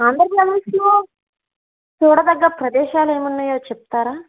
ఆంధ్రప్రదేశ్లో చూడ దగ్గ ప్రదేశాలు ఏం ఉన్నాయో చెప్తారా